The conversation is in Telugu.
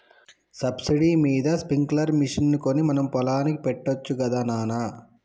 సబ్సిడీ మీద స్ప్రింక్లర్ మిషన్ కొని మన పొలానికి పెట్టొచ్చు గదా నాన